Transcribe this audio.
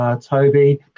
Toby